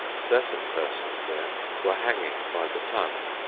certain persons there were hanging by the tongue.